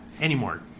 Anymore